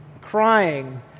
crying